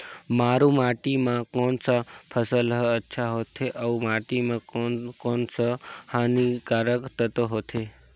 मारू माटी मां कोन सा फसल ह अच्छा होथे अउर माटी म कोन कोन स हानिकारक तत्व होथे?